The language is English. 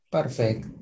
Perfect